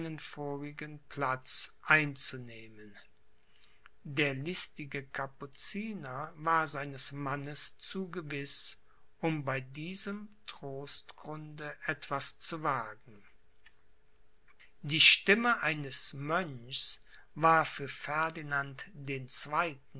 vorigen platz einzunehmen der listige capuciner war seines mannes zu gewiß um bei diesem trostgrunde etwas zu wagen die stimme eines mönchs war für ferdinand den zweiten